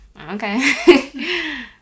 okay